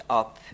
up